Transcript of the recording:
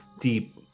deep